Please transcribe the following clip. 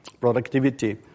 productivity